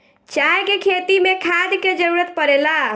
चाय के खेती मे खाद के जरूरत पड़ेला